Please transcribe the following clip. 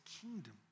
kingdom